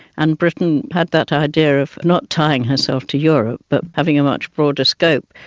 and britain had that ah idea of not tying herself to europe but having a much broader scope.